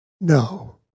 No